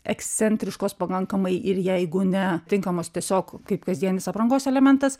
ekscentriškos pakankamai ir jeigu ne tinkamos tiesiog kaip kasdienis aprangos elementas